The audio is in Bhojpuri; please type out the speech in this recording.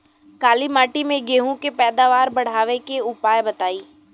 काली मिट्टी में गेहूँ के पैदावार बढ़ावे के उपाय बताई?